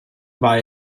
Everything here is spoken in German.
war